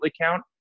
count